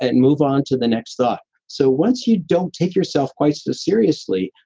and move on to the next thought. so once you don't take yourself quite so seriously,